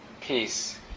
peace